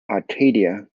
arcadia